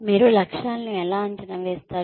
మీరు లక్ష్యాలను ఎలా అంచనా వేస్తారు